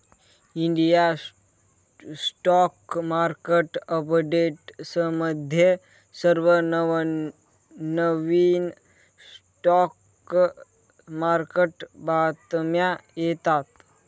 India stock market अपडेट्समध्ये सर्व नवनवीन स्टॉक मार्केट बातम्या येतात